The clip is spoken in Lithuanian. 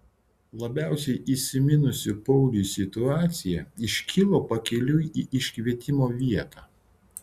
labiausiai įsiminusi pauliui situacija iškilo pakeliui į iškvietimo vietą